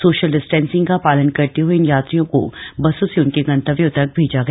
social distancing का पालन करते हए इन यात्रियों को बसों से उनके गंतव्यों तक भेजा गया